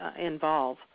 involve